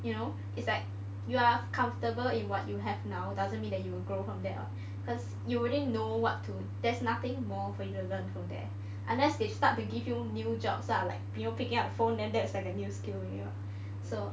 you know it's like you are comfortable in what you have now doesn't mean that you will grow from there [what] because you wouldn't know what to there's nothing more for you to learn from there unless they start to give you new jobs lah like picking up phone then that's like a new skill ya so